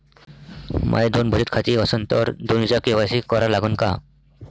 माये दोन बचत खाते असन तर दोन्हीचा के.वाय.सी करा लागन का?